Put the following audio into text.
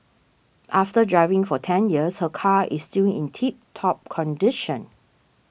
after driving for ten years her car is still in tip top condition